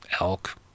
elk